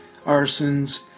arsons